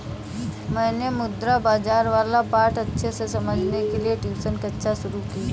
मैंने मुद्रा बाजार वाला पाठ अच्छे से समझने के लिए ट्यूशन कक्षा शुरू की है